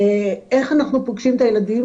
איך אנחנו פוגשים את הילדים?